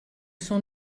sont